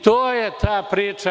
To je ta priča.